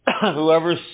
whoever